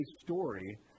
story